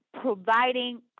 providing